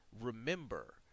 remember